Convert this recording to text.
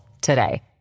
today